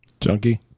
Junkie